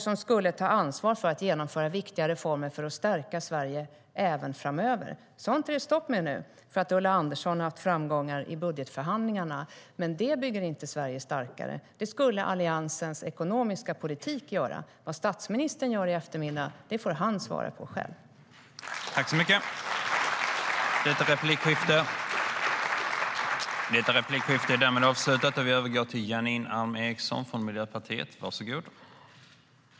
Den skulle ta ansvar för att genomföra viktiga reformer för att stärka Sverige även framöver. Sådant är det stopp med nu för att Ulla Andersson har haft framgångar i budgetförhandlingarna. Men det bygger inte Sverige starkare. Det skulle Alliansens ekonomiska politik göra. Vad statsministern gör i eftermiddag får han svara på själv.